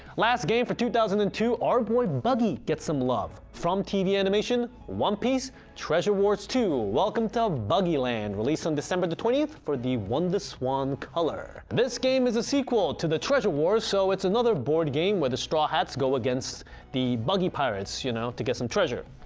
last game for two thousand and two our boy buggy gets some love from tv animation one piece treasure wars two welcome to buggyland released on december twentieth for the wonderswan color. this game is a sequel to the treasure wars so it's another board game where the straw hats go against the buggy pirates you know to get some treasure.